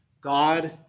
God